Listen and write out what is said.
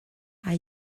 are